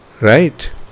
Right